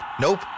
Nope